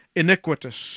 iniquitous